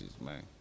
man